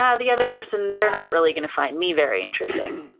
and the other person, they're not really gonna find me very interesting.